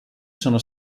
sono